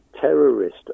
terrorist